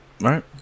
Right